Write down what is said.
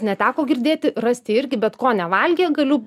neteko girdėti rasti irgi bet ko nevalgė galiu